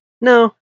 No